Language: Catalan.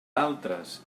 altres